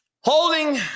Holding